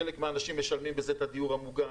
חלק מהאנשים משלמים בזה את הדיור המוגן,